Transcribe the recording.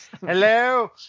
Hello